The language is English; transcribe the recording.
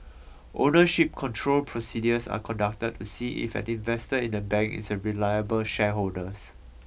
ownership control procedures are conducted to see if an investor in a bank is a reliable shareholders